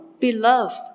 beloved